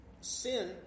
Sin